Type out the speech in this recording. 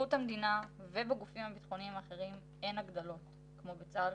בשירות המדינה ובגופים הביטחוניים האחרים אין הגדלות כמו בצה"ל,